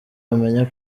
wamenya